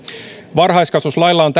varhaiskasvatuslailla on